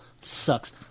sucks